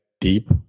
deep